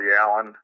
Allen